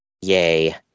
Yay